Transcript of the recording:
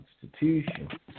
constitution